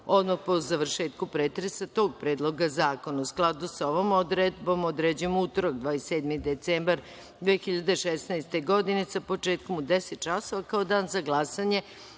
odmah po završetku pretresa tog predloga zakona.U skladu sa ovom odredbom, određujem utorak 27. decembar 2016. godine sa početkom u 10.00 časova kao dan za glasanje